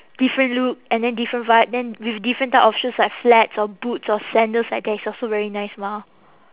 different look and then different vibe then with different type of shoes like flats or boots or sandals like that is also very nice mah